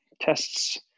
tests